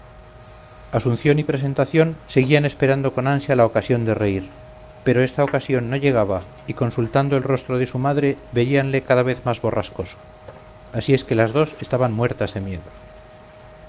asunción y presentación seguían esperando con ansia la ocasión de reír pero esta ocasión no llegaba y consultando el rostro de su madre veíanle cada vez más borrascoso así es que las dos estaban muertas de miedo